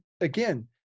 again